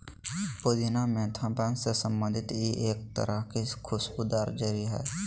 पुदीना मेंथा वंश से संबंधित ई एक तरह के खुशबूदार जड़ी हइ